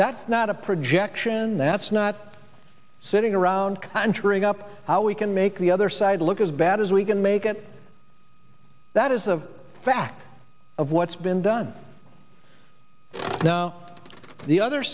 that's not a projection that's not sitting around conjuring up how we can make the other side look as bad as we can make it that is a fact of what's been done now the other